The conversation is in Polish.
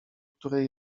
której